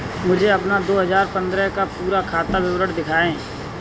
मुझे अपना दो हजार पन्द्रह का पूरा खाता विवरण दिखाएँ?